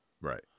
right